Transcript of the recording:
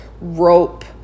rope